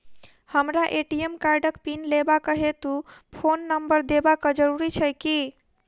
हमरा ए.टी.एम कार्डक पिन लेबाक हेतु फोन नम्बर देबाक जरूरी छै की?